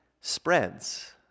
spreads